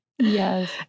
Yes